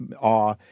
awe